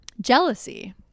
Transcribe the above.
jealousy